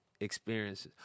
experiences